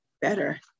better